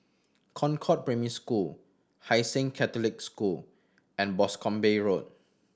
Concord Primary School Hai Sing Catholic School and Boscombe Road